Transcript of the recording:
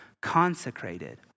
consecrated